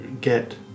get